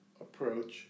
approach